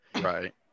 Right